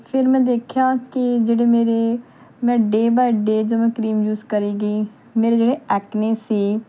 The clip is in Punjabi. ਫਿਰ ਮੈਂ ਦੇਖਿਆ ਕਿ ਜਿਹੜੇ ਮੇਰੇ ਮੈਂ ਡੇ ਬਾਏ ਡੇ ਜਦੋਂ ਮੈਂ ਕਰੀਮ ਯੂਜ ਕਰੀ ਗਈ ਮੇਰੇ ਜਿਹੜੇ ਐਕਨੇ ਸੀ